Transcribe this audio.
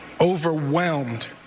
overwhelmed